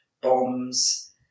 bombs